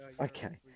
Okay